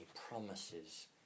promises